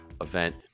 event